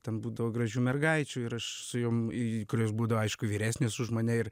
ten būdavo gražių mergaičių ir aš su jom į kurias būdavo aišku vyresnės už mane ir